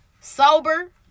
sober